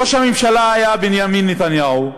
ראש הממשלה היה בנימין נתניהו,